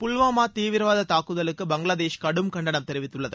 புல்வாமா தீவிரவாத தாக்குதலுக்கு பங்களாதேஷ் கடும் கண்டனம் தெரிவித்துள்ளது